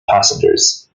passengers